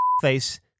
Face